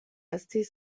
estis